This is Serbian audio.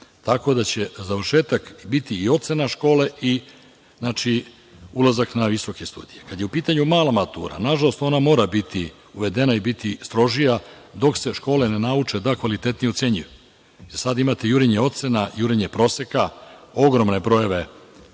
tako da će završetak biti i ocena škole i ulazak na visoke studije. Kada je u pitanju mala matura, nažalost, ona mora biti uvedena i mora biti strožija dok se škole ne nauče da kvalitetnije ocenjuju. Sada imate jurenje ocena, jurenje proseka, ogromne brojeve